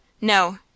No